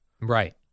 right